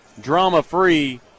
drama-free